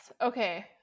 okay